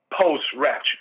post-rapture